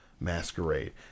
masquerade